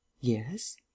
Yes